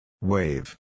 Wave